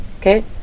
Okay